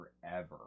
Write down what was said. forever